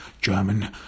German